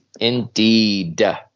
Indeed